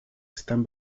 están